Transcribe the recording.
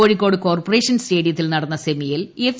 Kozhikode corporation സ്റ്റേഡിയത്തിൽ ്രനടന്നും സെമിയിൽ എഫ്